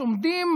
עומדים,